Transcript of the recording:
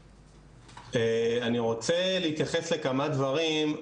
אני רוצה להתייחס לכמה דברים.